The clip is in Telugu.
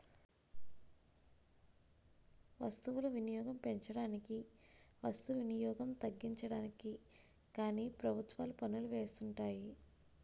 వస్తువులు వినియోగం పెంచడానికి వస్తు వినియోగం తగ్గించడానికి కానీ ప్రభుత్వాలు పన్నులను వేస్తుంటాయి